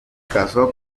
casó